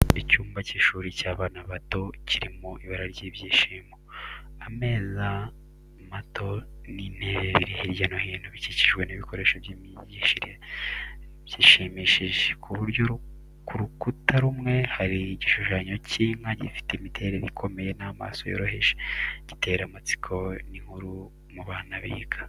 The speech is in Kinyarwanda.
Icyumba cy’ishuri cy’abana bato kirimo ibara n’ibyishimo. Ameza mato n’intebe biri hirya no hino, bikikijwe n’ibikoresho by’imyigire byishimishije. Ku rukuta rumwe, hari igishushanyo cy’inka gifite imiterere ikomeye n’amaso yoroheje, gitera amatsiko n’inkuru mu bana biga.